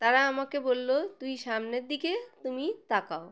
তারা আমাকে বলল তুই সামনের দিকে তুমি তাকাও